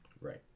Right